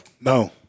No